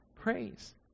praise